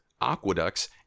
aqueducts